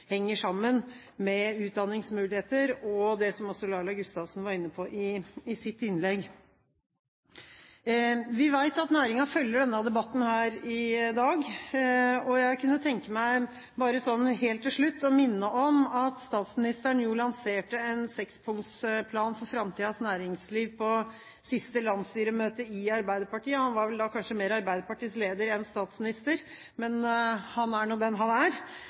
henger sammen med utdanningsmuligheter, og det som også Laila Gustavsen var inne på i sitt innlegg. Vi vet at næringen følger denne debatten her i dag. Jeg kunne tenke meg, bare sånn helt til slutt, å minne om at statsministeren jo lanserte en sekspunktsplan for framtidens næringsliv på siste landsstyremøte i Arbeiderpartiet – han var vel da kanskje mer Arbeiderpartiets leder enn statsminister, men han er nå den han er.